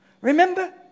Remember